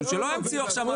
שלא ימציאו עכשיו משהו חדש.